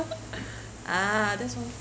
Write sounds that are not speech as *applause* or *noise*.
*laughs* ah that's one